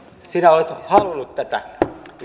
sinä olet halunnut tätä